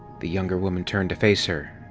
the younger woman turned to face her.